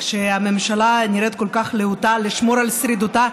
כשהממשלה נראית כל כך להוטה לשמור על שרידותה,